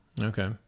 Okay